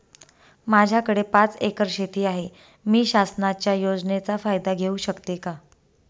माझ्याकडे पाच एकर शेती आहे, मी शासनाच्या योजनेचा फायदा घेऊ शकते का?